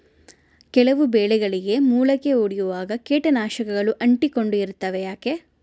ಕೆಲವು ಬೆಳೆಗಳಿಗೆ ಮೊಳಕೆ ಒಡಿಯುವಾಗ ಕೇಟನಾಶಕಗಳು ಅಂಟಿಕೊಂಡು ಇರ್ತವ ಯಾಕೆ?